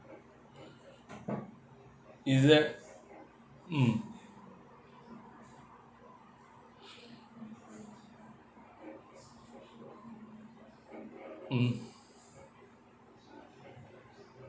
is that mm mm